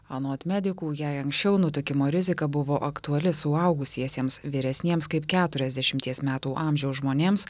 anot medikų jei anksčiau nutukimo rizika buvo aktuali suaugusiesiems vyresniems kaip keturiasdešimties metų amžiaus žmonėms